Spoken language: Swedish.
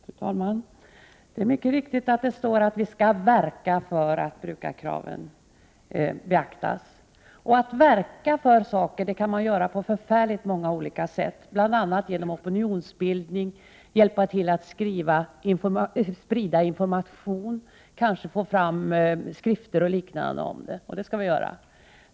Fru talman! Det är helt riktigt att det står att vi skall verka för att brukarkraven beaktas. Verka för saker kan man göra på många olika sätt — genom att bedriva opinionsbildning, genom att hjälpa till att sprida information, kanske genom att få fram skrifter osv. Det skall vi göra.